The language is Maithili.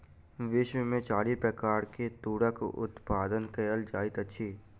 विश्व में चारि प्रकार के तूरक उत्पादन कयल जाइत अछि